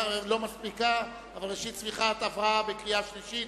לא מספיקה, אבל ראשית צמיחה, עברה בקריאה שלישית